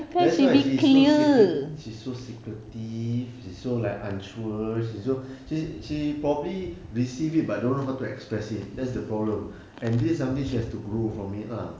that's why she's so secret~ she's so secretive she's so like unsure she's so she she probably receive it but don't know how to express it that's the problem and this is something she has to grow from it lah